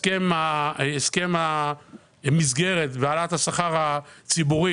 הסכם המסגרת להעלאת השכר הציבורי,